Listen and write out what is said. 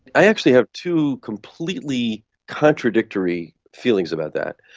i actually have two completely contradictory feelings about that.